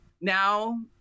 now